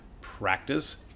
practice